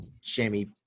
Jamie